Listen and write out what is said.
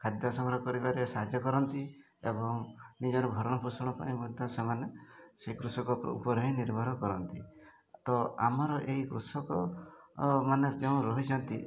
ଖାଦ୍ୟ ସଂଗ୍ରହ କରିବାରେ ସାହାଯ୍ୟ କରନ୍ତି ଏବଂ ନିଜର ଭରଣପୋଷଣ ପାଇଁ ମଧ୍ୟ ସେମାନେ ସେ କୃଷକ ଉପରେ ହିଁ ନିର୍ଭର କରନ୍ତି ତ ଆମର ଏଇ କୃଷକମାନେ ଯେଉଁ ରହିଛନ୍ତି